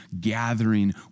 gathering